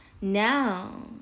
Now